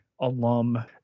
alum